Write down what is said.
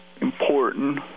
important